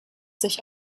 sich